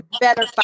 better